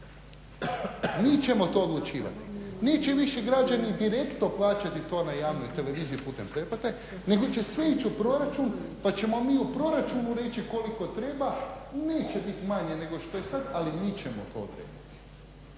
Mi ćemo to odlučivati, neće više građani direktno plaćati na javnoj televiziji putem pretplate nego će sve ići u proračun pa ćemo mi u proračunu reći koliko treba. Neće biti manje nego što je sad ali mi ćemo to odrediti.